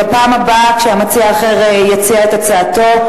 בפעם הבאה שמציע אחר יציע את הצעתו,